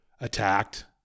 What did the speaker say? attacked